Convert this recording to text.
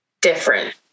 different